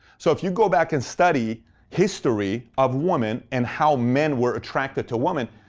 so if you go back and study history of women, and how men were attracted to women,